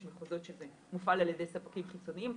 יש מחוזות שזה מופעל על ידי ספקים חיצוניים,